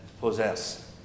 possess